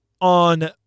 on